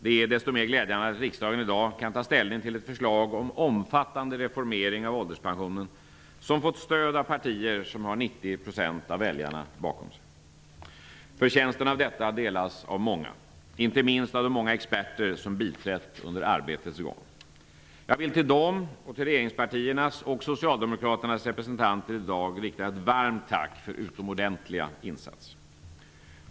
Det är desto mer glädjande att riksdagen i dag kan ta ställning till ett förslag om omfattande reformering av ålderspensionen som fått stöd av partier som har Förtjänsten av detta delas av många, inte minst av de många experter som biträtt under arbetets gång. Jag vill till dem och till regeringspartiernas och Socialdemokraternas representanter i dag rikta ett varmt tack för utomordentliga insatser.